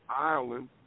Ireland